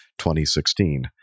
2016